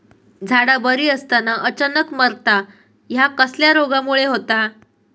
झाडा बरी असताना अचानक मरता हया कसल्या रोगामुळे होता?